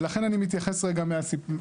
ולכן אני מתייחס רגע בנתונים.